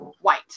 white